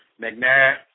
McNair